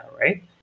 right